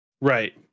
Right